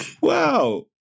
wow